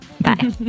bye